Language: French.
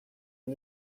une